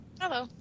Hello